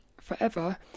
forever